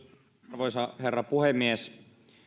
arvoisa herra puhemies